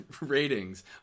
ratings